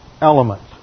elements